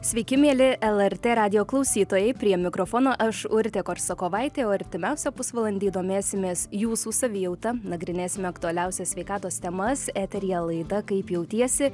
sveiki mieli lrt radijo klausytojai prie mikrofono aš urtė korsakovaitė jau artimiausią pusvalandį domėsimės jūsų savijauta nagrinėsime aktualiausias sveikatos temas eteryje laida kaip jautiesi